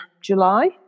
July